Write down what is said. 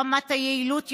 רמת היעילות יורדת,